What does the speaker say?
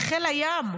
לחיל הים?